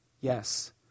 Yes